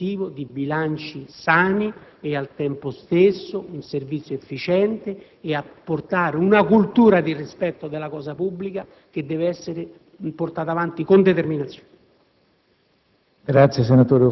realizzare il doppio obiettivo di bilanci sani e al tempo stesso un servizio efficiente e una cultura di rispetto della cosa pubblica che deve essere portata avanti con determinazione.